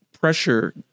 pressure